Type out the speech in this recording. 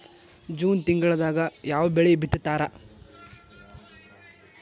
June ತಿಂಗಳದಾಗ ಯಾವ ಬೆಳಿ ಬಿತ್ತತಾರ?